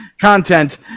content